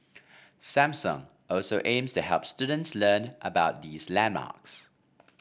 Samsung also aims help students learn about these landmarks